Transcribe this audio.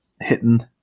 hitting